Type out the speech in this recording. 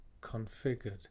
configured